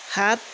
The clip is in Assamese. সাত